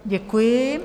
Děkuji.